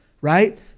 right